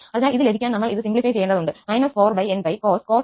അതിനാൽ ഇത് ലഭിക്കാൻ നമ്മൾ ഇത് സിംപ്ലിഫയ ചെയ്യേണ്ടതുണ്ട് 4nπcos nπ